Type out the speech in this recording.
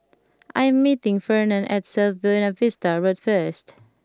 I am meeting Fernand at South Buona Vista Road first